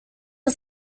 are